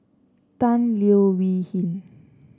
Tan Leo Wee Hin